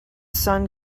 sun